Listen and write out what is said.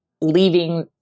leaving